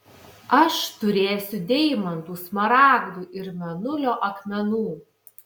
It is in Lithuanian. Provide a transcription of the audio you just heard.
aš turėsiu deimantų smaragdų ir mėnulio akmenų